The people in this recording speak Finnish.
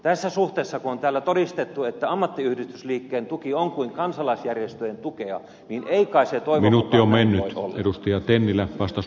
tässä suhteessa kun täällä on todistettu että ammattiyhdistysliikkeen tuki on kuin kansalaisjärjestöjen tukea ei kai se toiminta tällaista voi olla